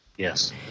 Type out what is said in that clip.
Yes